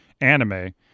anime